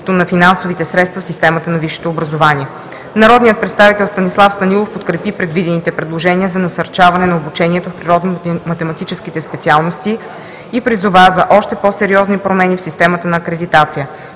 на финансовите средства в системата на висшето образование. Народният представител Станислав Станилов подкрепи предвидените предложения за насърчаване на обучението в природно-математическите специалности и призова за още по сериозни промени в системата на акредитация.